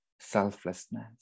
selflessness